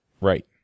Right